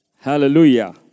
Hallelujah